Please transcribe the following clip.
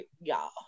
y'all